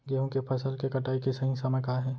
गेहूँ के फसल के कटाई के सही समय का हे?